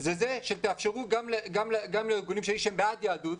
זה שתאפשרו גם לארגונים שלי שהם בעד יהדות.